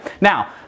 Now